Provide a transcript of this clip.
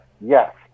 yes